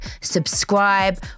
subscribe